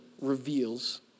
reveals